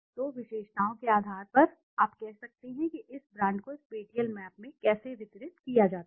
तो विशेषताओं के आधार पर आप कह सकते हैं कि इस ब्रांड को स्पेटिअल मैपमें कैसे वितरित किया जाता है